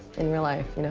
in real life, you know?